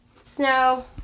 snow